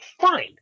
fine